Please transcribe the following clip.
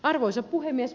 arvoisa puhemies